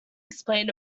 explain